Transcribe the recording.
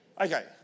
Okay